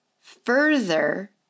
further